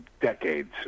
decades